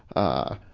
ah,